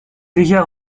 déjà